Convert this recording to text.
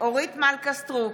אורית מלכה סטרוק,